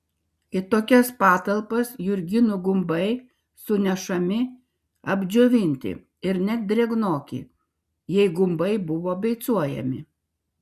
į tokias patalpas jurginų gumbai sunešami apdžiovinti ir net drėgnoki jei gumbai buvo beicuojami